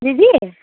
दिदी